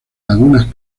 lagunas